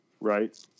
right